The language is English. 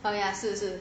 oh ya 是是